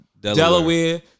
Delaware